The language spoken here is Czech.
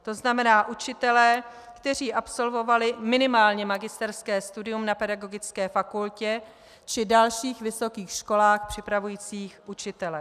To znamená učitelé, kteří absolvovali minimálně magisterské studium na pedagogické fakultě či dalších vysokých školách připravujících učitele.